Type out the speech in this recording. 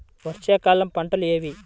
వర్షాకాలం పంటలు ఏవి?